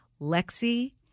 Lexi